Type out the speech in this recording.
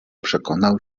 przekonał